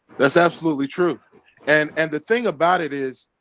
that's absolutely true and and the thing about it is,